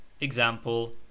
Example